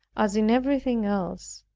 as in everything else,